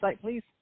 please